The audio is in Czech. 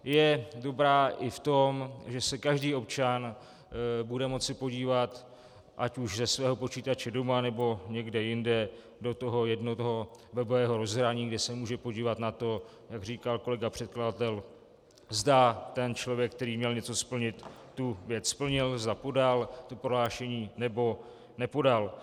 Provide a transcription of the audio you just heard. Je dobrá i v tom, že se každý občan bude moci podívat ať už ze svého počítače doma, nebo někde jinde do toho jednoho nového rozhraní, kde se může podívat na to, jak říkal kolega předkladatel, zda ten člověk, který měl něco splnit, tu věc splnil, zda podal prohlášení, nebo nepodal.